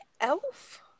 Elf